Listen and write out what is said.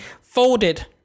folded